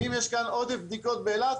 ואם יש כאן עודף בדיקות באילת.